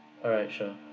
alright sure